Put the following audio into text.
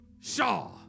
Shaw